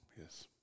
Yes